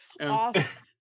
off